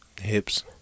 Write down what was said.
Hips